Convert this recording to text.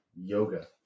yoga